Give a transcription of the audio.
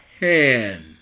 hand